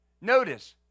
Notice